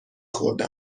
خورده